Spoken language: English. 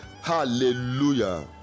hallelujah